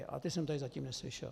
A ty jsem tady zatím neslyšel.